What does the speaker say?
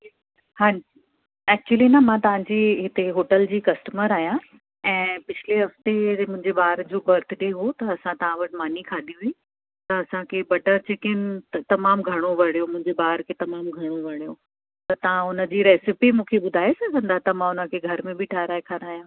हा एक्चुअली न मां तव्हांजी हिते होटल जी कस्टमर आहियां ऐं पिछले हफ़्ते जे मुंहिंजे ॿार जो बर्थडे हो त असां तां वटि मानी खाधी हुई त असांखे बटर चिकिन त तमामु घणो वणियो मुंहिंजे ॿार खे तमामु घणो वणियो त तव्हां हुन जी रेसिपी मूंखे ॿुधाए सघंदा त मां हुन खे घर में बि ठाराहे खारायां